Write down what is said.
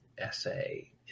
essay